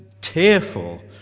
tearful